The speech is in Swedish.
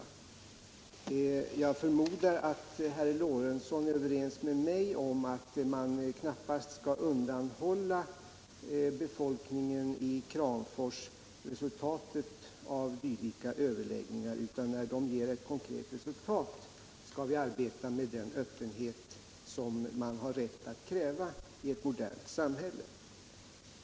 Jag förmodar att herr Lorentzon är överens med mig om att man knappast bör undanhålla befolkningen i Kramfors resultatet av dylika överläggningar, utan att vi när de ger ett konkret resultat skall arbeta med den öppenhet som man har rätt att kräva i ett modernt samhälle.